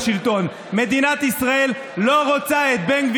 מדינת ישראל לא רוצה אתכם בשלטון.